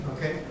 Okay